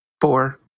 Four